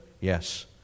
Yes